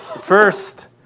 First